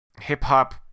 Hip-hop